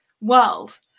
world